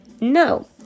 No